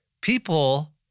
People